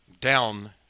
down